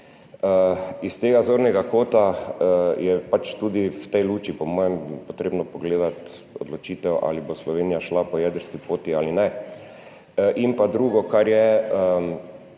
S tega zornega kota je tudi v tej luči po mojem treba pogledati odločitev, ali bo Slovenija šla po jedrski poti ali ne. Drugo, kar je,